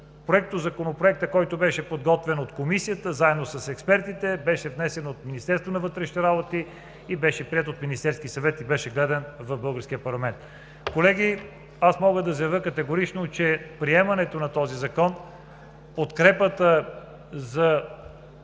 всъщност Законопроектът, който беше подготвен от Комисията, заедно с експертите, беше внесен от Министерството на вътрешните работи и беше приет от Министерския съвет, и гледан в българския парламент. Колеги, аз мога категорично да заявя, че приемането на Закона, подкрепата за